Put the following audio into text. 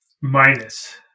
minus